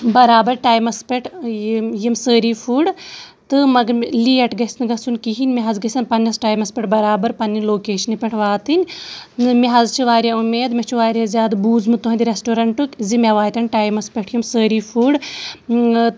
بَرابَر ٹایمَس پٮ۪ٹھ یِم یِم سٲری فُڈ تہٕ مگر مےٚ لیٹ گژھِ نہٕ گژھُن کِہیٖنۍ مےٚ حظ گژھن پَنٛنِس ٹایمَس پٮ۪ٹھ بَرابَر پںٛںہِ لوکیشنہِ پٮ۪ٹھ واتٕنۍ مےٚ حظ چھِ واریاہ اُمید مےٚ چھُ واریاہ زیادٕ بوٗزمُت تُہٕنٛدِ ریسٹورَنٛٹُک زِ مےٚ واتن ٹایمَس پٮ۪ٹھ یِم سٲری فُڈ